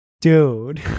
dude